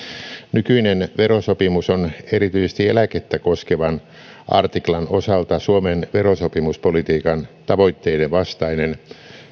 nykyinen verosopimus on erityisesti eläkettä koskevan artiklan osalta suomen verosopimuspolitiikan tavoitteiden vastainen